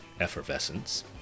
effervescence